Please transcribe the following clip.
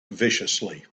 viciously